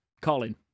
Colin